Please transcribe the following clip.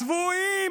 צבועים,